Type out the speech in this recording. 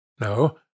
No